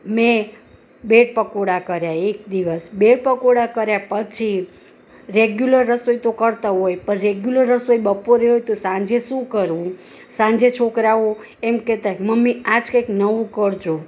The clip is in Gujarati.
મેં બ્રેડ પકોડા કર્યા એક દિવસ બ્રેડ પકોડા કર્યા પછી રેગ્યુલર રસોઈ તો કરતાં હોય પણ રેગ્યુલર રસોઈ બપોરે હોય તો સાંજે શું કરવું સાંજે છોકરાંઓ એમ કહેતા કે મમ્મી આજ કંઈક નવું કરજો